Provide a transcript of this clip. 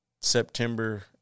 september